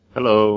Hello